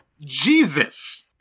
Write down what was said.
Jesus